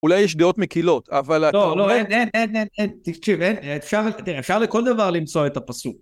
אולי יש דעות מקהילות, אבל אתה רואה... אין, אין, אין. תקשיב, אפשר לכל דבר למצוא את הפסוק.